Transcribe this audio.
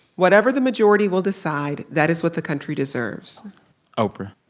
whatever the majority will decide, that is what the country deserves oprah